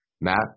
Matt